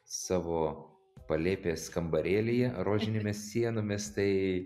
savo palėpės kambarėlyje rožinėmis sienomis tai